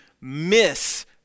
miss